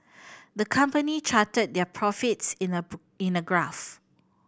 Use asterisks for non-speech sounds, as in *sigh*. the company charted their profits in a *unintelligible* in a graph